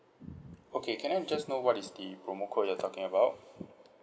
okay can I just know what is the promo code you're talking about